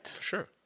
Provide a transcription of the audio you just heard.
sure